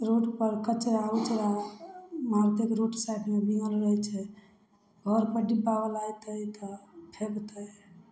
road पर कचड़ा उचड़ा मारतेक रोड साइडमे गिरल रहै छै घर पर डिब्बा बला एतै तऽ फेकतै